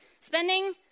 spending